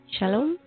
Shalom